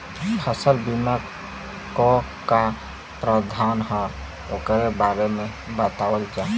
फसल बीमा क का प्रावधान हैं वोकरे बारे में बतावल जा?